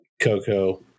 Coco